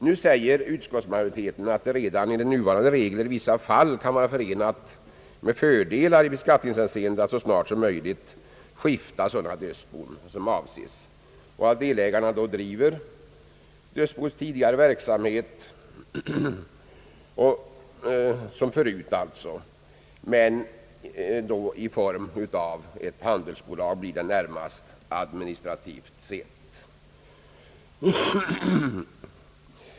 Nu säger utskottsmajoriteten, att det redan enligt nuvarande regler i vissa fall kan vara förenat med fördelar i beskattningshänseende att så snart som möjligt skifta sådana dödsbon, som avses, och att delägarna därefter gemensamt driver dödsboets tidigare verksamhet som förut — då blir det väl närmast i form av ett handelsbolag, administrativt sett.